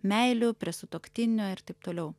meilių prie sutuoktinio ir taip toliau